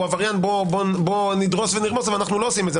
הוא עבריין אז בוא נדרוס ונרמוס אבל אנחנו לא עושים את זה.